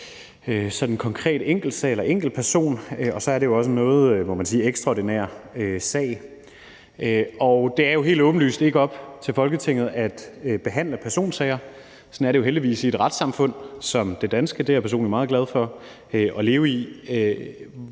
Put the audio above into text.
om en helt konkret enkeltsag eller enkeltperson, og så er det jo også en noget, må man sige, ekstraordinær sag. Det er helt åbenlyst ikke op til Folketinget at behandle personsager. Sådan er det heldigvis i et retssamfund som det danske. Det er jeg personligt meget glad for at leve i.